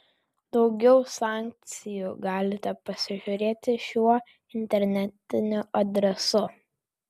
daugiau sankcijų galite pasižiūrėti šiuo internetiniu adresu